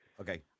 Okay